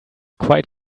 quite